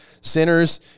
sinners